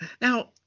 Now